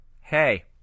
hey